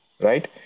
right